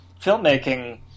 filmmaking